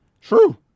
True